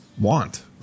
want